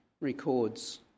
records